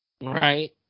Right